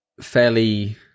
fairly